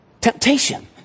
Temptation